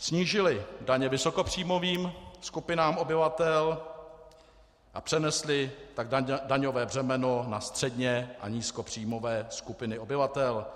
Snížily daně vysokopříjmovým skupinám obyvatel a přenesly tak daňové břemeno na středně a nízkopříjmové skupiny obyvatel.